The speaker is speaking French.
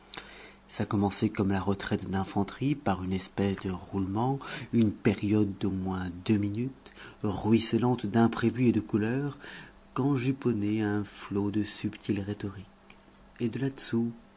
ça commençait comme la retraite d'infanterie par une espèce de roulement une période d'au moins deux minutes ruisselante d'imprévu et de couleur qu'enjuponnait un flot de subtile rhétorique et de là-dessous